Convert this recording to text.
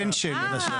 הבן של.